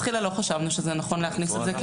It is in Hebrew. חשבנו שזה נכון להכניס את זה,